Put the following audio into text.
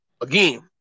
Again